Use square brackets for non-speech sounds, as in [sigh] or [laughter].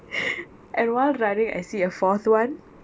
[laughs] and while running I see a fourth [one]